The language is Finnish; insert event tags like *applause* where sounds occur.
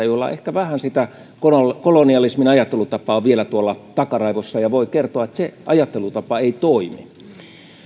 *unintelligible* joilla on ehkä vähän sitä kolonialismin ajattelutapaa vielä tuolla takaraivossa ja voin kertoa että se ajattelutapa ei toimi